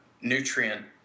nutrient